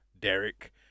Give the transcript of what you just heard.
Derek